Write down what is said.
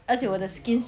救命 liao